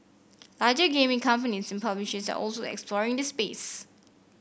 larger gaming companies and publishers are also exploring the space